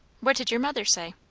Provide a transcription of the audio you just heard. what did your mother say?